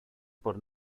por